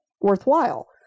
worthwhile